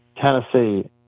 Tennessee